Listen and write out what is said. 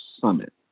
summit